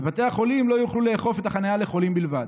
ובתי החולים לא יוכלו לאכוף את החניה לחולים בלבד.